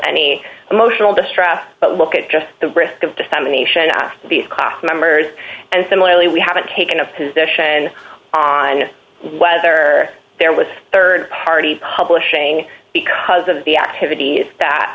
any emotional distress but look at just the risk of dissemination of the numbers and similarly we haven't taken a position on whether there was a rd party publishing because of the activity that